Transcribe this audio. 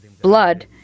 blood